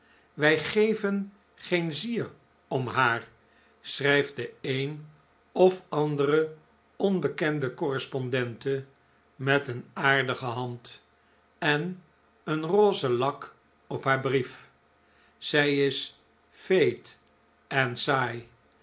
wij geven geen zier om haar schrijft de een of andere onbekende oooo do oo oo oo correspondente met een aardige hand en een roze lak op haar brief zij is fade en saai